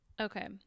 Okay